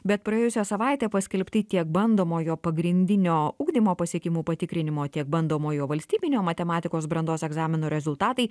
bet praėjusią savaitę paskelbti tiek bandomojo pagrindinio ugdymo pasiekimų patikrinimo tiek bandomojo valstybinio matematikos brandos egzamino rezultatai